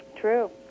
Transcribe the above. True